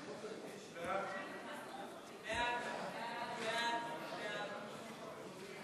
סעיפים 1 4 נתקבלו.